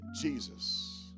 Jesus